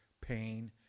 pain